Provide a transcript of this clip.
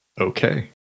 Okay